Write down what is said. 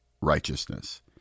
righteousness